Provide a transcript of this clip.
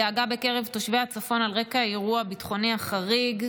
הדאגה בקרב תושבי הצפון על רקע האירוע הביטחוני החריג: